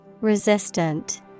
Resistant